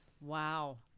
Wow